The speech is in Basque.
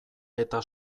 eta